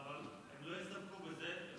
אבל הם לא הסתפקו בזה.